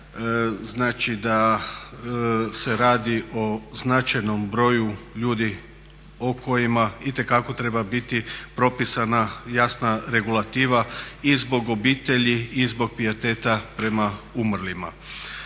Znači da se radi o značajnom broju ljudi o kojima itekako treba biti propisana jasna regulativa i zbog obitelji i zbog pijeteta prema umrlima. Iznesen